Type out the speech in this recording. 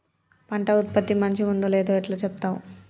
పంట ఉత్పత్తి మంచిగుందో లేదో ఎట్లా చెప్తవ్?